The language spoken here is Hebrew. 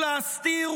ולהסתיר,